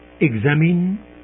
examine